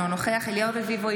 אינו נוכח אליהו רביבו,